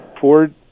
Ford